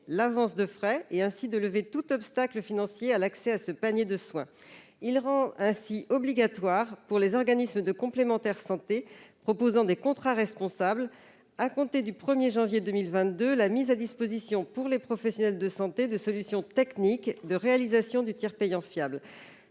l'avance de frais et, ainsi, de lever tout obstacle financier à l'accès à ce panier. Il oblige les organismes de complémentaire de santé proposant des contrats responsables, à compter du 1 janvier 2022, à mettre à la disposition des professionnels de santé des solutions techniques de réalisation du tiers payant qui